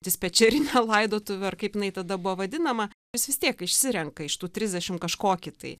dispečerinę laidotuvių ar kaip jinai tada buvo vadinama jis vis tiek išsirenka iš tų trisdešim kažkokį tai